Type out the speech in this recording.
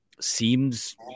seems